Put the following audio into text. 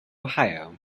ohio